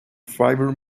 fiber